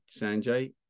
Sanjay